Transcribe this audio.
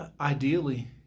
Ideally